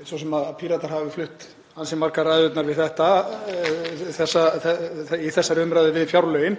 ég veit að Píratar hafa flutt ansi margar ræður í þessari umræðu um fjárlögin